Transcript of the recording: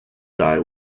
die